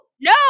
No